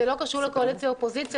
זה לא קשור לקואליציה אופוזיציה,